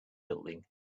building